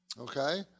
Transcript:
Okay